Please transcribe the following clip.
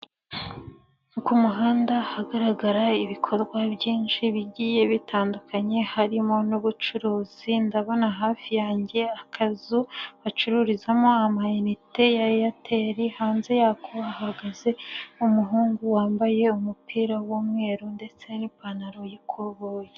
Ku muhanda hagaragara ibikorwa byinshi bigiye bitandukanye harimo n'ubucuruzi, ndabona hafi yanjye akazu bacururizamo amayinite ya Airtel, hanze yako hahagaze umuhungu wambaye umupira w'umweru ndetse n'ipantaro yikoboye.